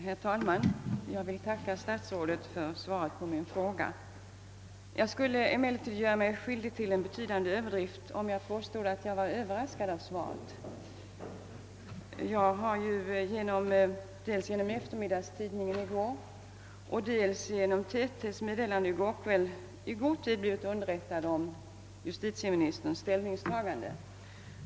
Herr talman! Jag vill tacka statsrådet för svaret på min fråga. Jag skulle emellertid göra mig skyldig till en betydande överdrift, om jag påstod att jag var överraskad av det. Dels genom en eftermiddagstidning, dels genom TT:s meddelande i går kväll har jag i god tid blivit underrättad om justitieministerns ställningstagande.